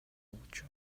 болчу